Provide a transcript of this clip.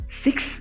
six